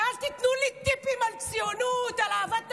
ואל תיתנו לי טיפים על ציונות, על אהבת הארץ.